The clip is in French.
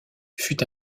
fut